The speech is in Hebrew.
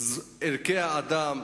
ערכי האדם,